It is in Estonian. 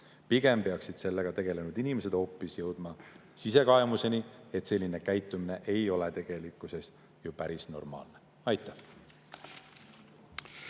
Pigem peaksid sellega tegelenud inimesed hoopis jõudma sisekaemuseni, et tegelikkuses ei ole selline käitumine ju päris normaalne. Aitäh!